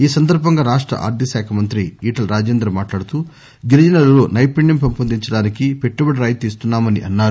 ఈ సందర్బంగా రాష్ట ఆర్థిక మంత్రి ఈటెల రాజేందర్ మాట్లాడుతూ గిరిజనులలో నైపుణ్యం పెంపొందించడానికి పెట్టుబడి రాయితీ ఇస్తున్సా మని అన్నారు